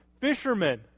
fishermen